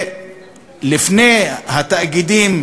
לפני התאגידים,